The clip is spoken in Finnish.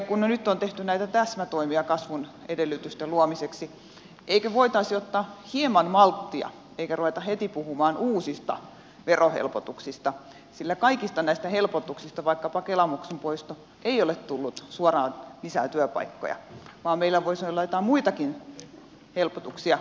kun jo nyt on tehty näitä täsmätoimia kasvun edellytysten luomiseksi eikö voitaisi ottaa hieman malttia eikä ruveta heti puhumaan uusista verohelpotuksista sillä kaikista näistä helpotuksista vaikkapa kela maksun poistosta ei ole tullut suoraan lisää työpaikkoja vaan meillä voisi olla joitain muitakin helpotuksia kuin aina alentaa veroja